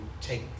take